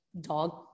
dog